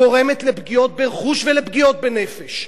גורמת לפגיעות ברכוש ולפגיעות בנפש,